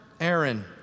Aaron